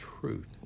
truth